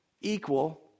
equal